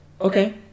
Okay